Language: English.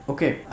Okay